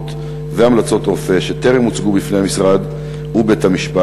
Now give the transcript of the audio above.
תומכות והמלצות רופא שטרם הוצגו בפני המשרד ובית-המשפט,